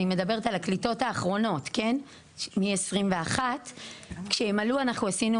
אני מדברת על העליות האחרונות משנת 2021. כשהם עלו אנחנו עשינו